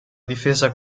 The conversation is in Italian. difesa